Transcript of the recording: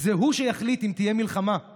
זה הוא שיחליט אם תהיה מלחמה /